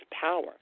power